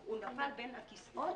הוא נפל בין הכיסאות.